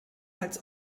als